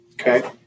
Okay